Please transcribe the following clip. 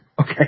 Okay